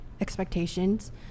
expectations